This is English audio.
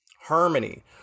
harmony